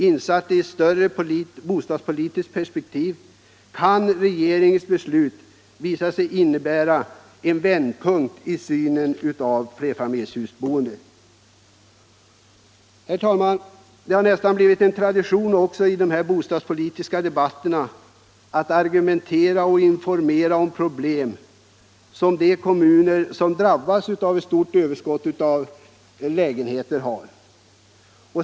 Insatt i ett större bostadspolitiskt perspektiv kan regeringens beslut visa sig innebära en vändpunkt i synen på flerfamiljshusboendet. Herr talman! Det har nästan blivit en tradition att i denna bostadspolitiska debatt argumentera och informera om problem i de kommuner som drabbats av ett stort överskott av lägenheter.